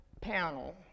panel